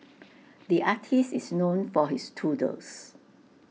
the artist is known for his doodles